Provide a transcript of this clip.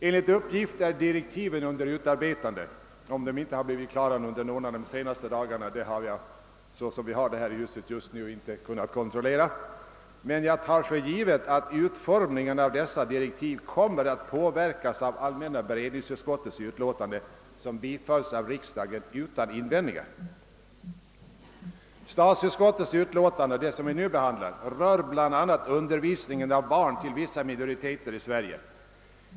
Enligt uppgift är direktiven under utarbetande — såvida de inte blivit klara under någon av de senaste dagarna; detta har jag, så som vi har det här i huset just nu, inte kunnat kontrollera — men jag tar för givet att utformningen av dessa direktiv kommer att påverkas av allmänna beredningsutskottets utlåtande, som bifölls av riksdagen utan invändningar. Statsutskottets utlåtande nr 129, som vi nu behandlar, rör bl.a. undervisningen av barn till vissa minoriteter i Sverige.